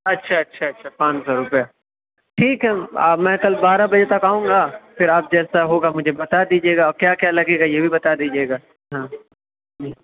اچھا اچھا اچھا پانچ سو روپے ٹھیک ہے آ میں کل بارہ بجے تک آؤں گا پھر آپ جیسا ہوگا مجھے بتا دیجیے گا اور کیا کیا لگے گا یہ بھی بتا دیجیے گا ہاں